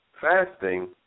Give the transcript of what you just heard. Fasting